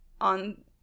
on